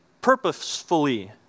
purposefully